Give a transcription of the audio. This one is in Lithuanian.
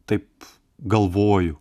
taip galvoju